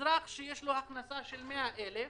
אזרח שיש לו הכנסה של 100,000,